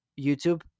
YouTube